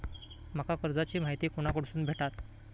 माका कर्जाची माहिती कोणाकडसून भेटात?